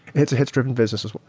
it's a hits-driven business as well.